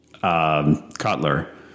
Cutler